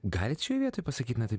galit šioj vietoj pasakyt na taip